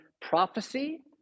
prophecy